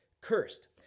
cursed